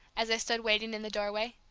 as they stood waiting in the doorway.